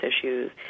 issues